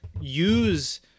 use